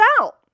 out